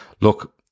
look